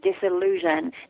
disillusion